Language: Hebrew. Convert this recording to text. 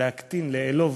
להקטין ולעלוב?